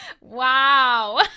Wow